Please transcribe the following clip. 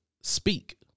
speak